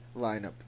lineup